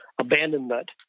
abandonment